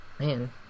Man